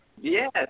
yes